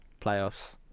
playoffs